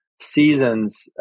seasons